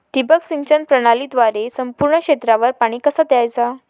ठिबक सिंचन प्रणालीद्वारे संपूर्ण क्षेत्रावर पाणी कसा दयाचा?